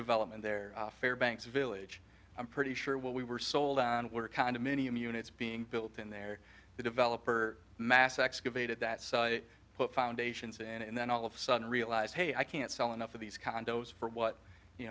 development there fair banks village i'm pretty sure what we were sold and we're condominium units being built in there the developer mass excavated that put foundations and then all of sudden realized hey i can't sell enough of these condos for what you